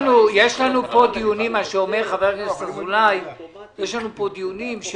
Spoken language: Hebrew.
מה שאומר חבר הכנסת אזולאי, יש לנו פה דיונים,